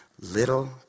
little